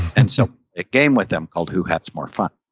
and so a game with them called, who has more fun,